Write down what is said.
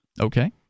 Okay